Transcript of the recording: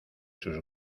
sus